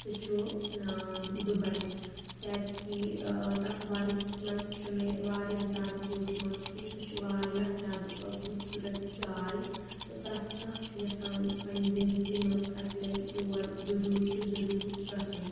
سُہ چھُ آ دُباے کِیٛازِ کہِ تَتھ بارَس منٛز چھُ مےٚ واریاہ زِیادٕ بوٗزمُت کہِ سُہ چھُ واریاہ زِیادٕ خوٗبصورَت جاے تہٕ پرٛٮ۪تھ کانٛہہ چھُ یَژھان پَننہِ زِنٛدَگِی منٛز اَکہِ لَٹہِ تور ضروٗر تہٕ ضروٗر گَژھُن